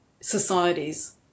societies